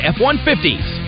F-150s